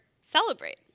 celebrate